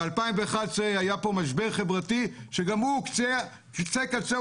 ב-2011 היה פה משבר חברתי שגם הוא קצה קצהו